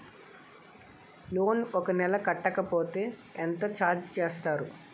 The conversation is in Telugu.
లోన్ ఒక నెల కట్టకపోతే ఎంత ఛార్జ్ చేస్తారు?